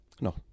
No